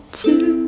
two